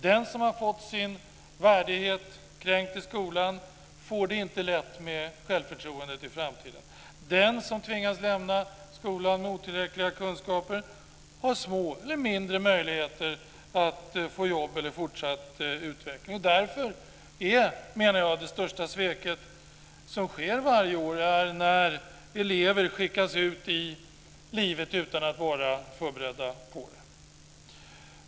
Den som har fått sin värdighet kränkt i skolan får det inte lätt med självförtroendet i framtiden. Den som tvingas lämna skolan med otillräckliga kunskaper har mindre möjligheter att få jobb eller fortsatt utveckling. Därför menar jag att det största sveket som sker varje år är när elever skickas ut i livet utan att vara förberedda på det.